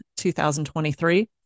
2023